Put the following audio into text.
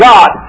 God